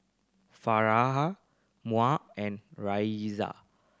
Farhanha Munah and Raiysa